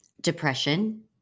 depression